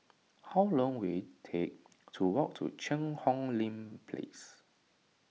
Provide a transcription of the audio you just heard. how long will it take to walk to Cheang Hong Lim Place